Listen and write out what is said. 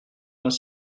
vingt